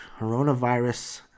Coronavirus